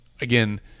again